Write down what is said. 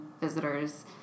visitors